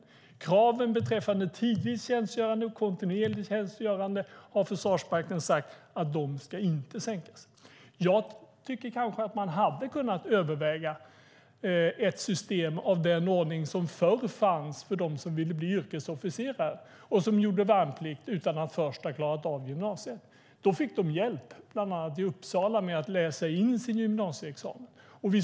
Försvarsmakten har sagt att kraven när det gäller tidvis tjänstgörande och kontinuerligt tjänstgörande inte ska sänkas. Jag tycker kanske att man hade kunnat överväga ett system av den ordning som förr fanns för dem som ville bli yrkesofficerare och som gjorde värnplikt utan att först ha klarat av gymnasiet. De fick hjälp, bland annat i Uppsala, med att läsa in sin gymnasieexamen.